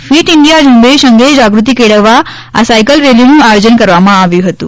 fit India ઝુંબેશ અંગે જાગૃતિ કેળવવા આ સાયકલ રેલીનું આયોજન કરવામાં આવ્યું હતું